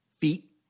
feet